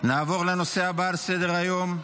נעבור לנושא הבא על סדר-היום,